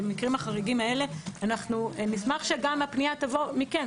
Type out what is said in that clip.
במקרים החריגים האלה אנחנו נשמח שגם הפנייה תבוא מכם.